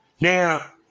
Now